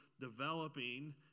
developing